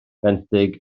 benthyg